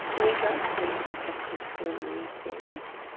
new drugs need to be tested for new things.